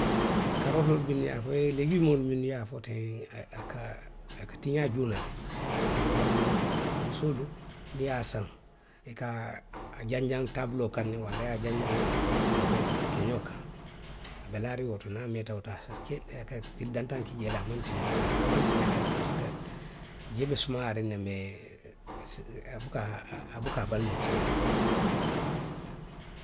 Karootoolu minnu i ye a fo, leegumoolu minnu i y a fo teŋ, i ka tiňaa juuna le. Iyoo bari duŋ, musoolu, niŋ i ye a saŋ. i ka a janjaŋ taabuloo le kaŋ ne walla i ye a jawjaŋ bankoo to, keňoo kaŋ. A be laariŋ wo to. Niŋ a meeta wo to a se ke, a ka tili dantaŋ ki jee le a maŋ tiňaa. bari, a ka labaŋ tiňaa la le parisiko jee be sumayaariŋ ne, mee a buka, a a a buka a bali noo tiňaa la,.